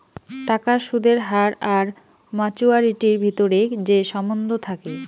টাকার সুদের হার আর মাচুয়ারিটির ভিতরে যে সম্বন্ধ থাকি